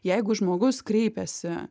jeigu žmogus kreipiasi